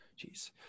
Jeez